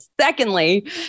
Secondly